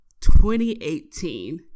2018